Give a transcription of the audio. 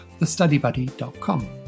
thestudybuddy.com